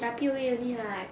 ya P_O_A only lah